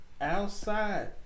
outside